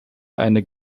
eine